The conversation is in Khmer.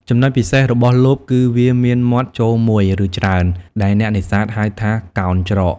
ចំណុចពិសេសរបស់លបគឺវាមានមាត់ចូលមួយ ឬច្រើន ដែលអ្នកនេសាទហៅថា កោណច្រក។